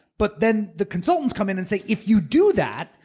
but then the consultants come in and say, if you do that,